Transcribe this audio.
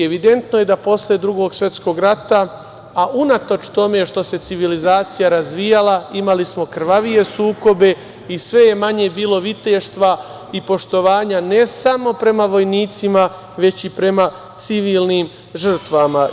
Evidentno je da posle Drugog svetskog rata, a unatoč tome što se civilizacija razvijala, imali smo krvavije sukobe i sve je manje bilo viteštva i poštovanja, ne samo prema vojnicima, već i prema civilnim žrtvama.